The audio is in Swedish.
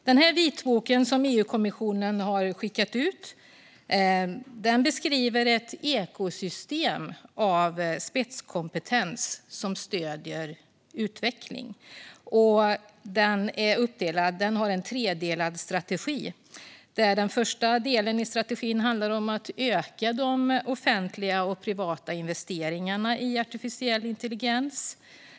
Den vitbok som EU-kommissionen har skickat ut beskriver ett ekosystem av spetskompetens som stöder utveckling. Det är en tredelad strategi. Den första delen i strategin handlar om att öka de offentliga och privata investeringarna i artificiell intelligens.